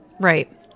right